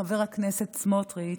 חבר הכנסת סמוטריץ',